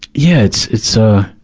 yeah, it's, it's, ah,